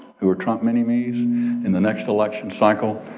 who are trump mini-me's in the next election cycle,